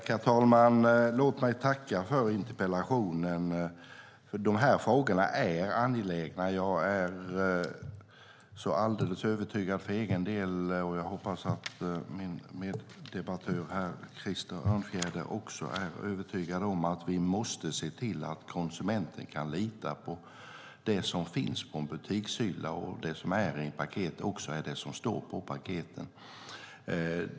Herr talman! Låt mig tacka för interpellationen. De här frågorna är angelägna. Jag är alldeles övertygad för egen del, och jag hoppas att min meddebattör Krister Örnfjäder också är övertygad om att vi måste se till att konsumenten kan lita på att det som finns på en butikshylla och i ett paket också är det som står på paketet.